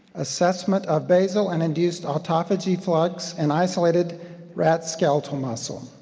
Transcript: assessment of basil and induced autophagi plugs and isolated rat skeletal muscle,